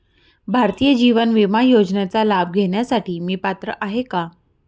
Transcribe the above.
भारतीय जीवन विमा योजनेचा लाभ घेण्यासाठी मी पात्र आहे का?